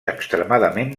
extremadament